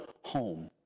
home